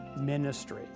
ministry